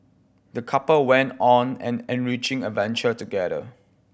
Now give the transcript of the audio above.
the couple went on an enriching adventure together